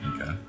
Okay